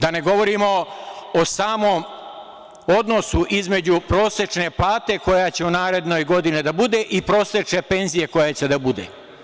Da ne govorimo o samom odnosu između prosečne plate koja će od naredne godine da bude i prosečne penzije koja će da bude.